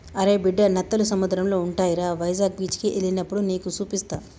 అరే బిడ్డా నత్తలు సముద్రంలో ఉంటాయిరా వైజాగ్ బీచికి ఎల్లినప్పుడు నీకు సూపిస్తా